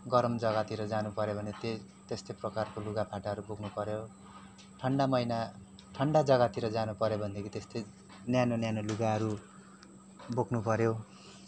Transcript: गरम जग्गातिर जानु पऱ्यो भने त्यही त्यस्तै प्रकारको लुगा फाटाहरू बोक्नु पऱ्यो ठन्डा महिना ठन्डा जग्गातिर जानु पऱ्यो भनेदेखि त्यस्तै न्यानो न्यानो लुगाहरू बोक्नु पऱ्यो